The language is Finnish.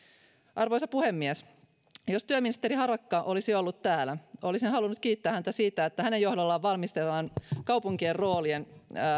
arvoisa puhemies jos työministeri harakka olisi ollut täällä olisin halunnut kiittää häntä siitä että hänen johdollaan valmistellaan kaupunkien roolin